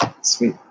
Sweet